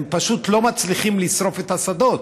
הם פשוט לא מצליחים לשרוף את השדות,